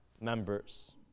members